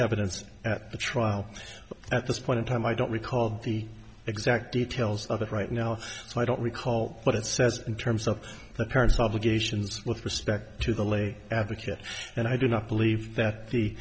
evidence at the trial at this point in time i don't recall the exact details of it right now so i don't recall what it says in terms of the parent's obligations with respect to the lay advocate and i do not believe that the